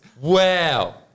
Wow